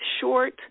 short